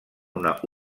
una